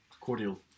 Cordial